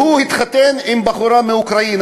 והוא התחתן עם בחורה מאוקראינה,